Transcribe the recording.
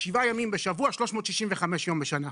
שבעה ימים בשבוע, 365 ימים בשנה.